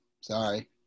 Sorry